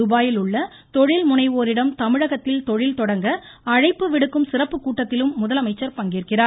துபாயில் உள்ள தொழில் முனைவோரிடம் தமிழகத்தில் தொழில் தொடங்க அழைப்பு விடுக்கும் சிறப்பு கூட்டத்திலும் முதலமைச்சர் பங்கேற்கிறார்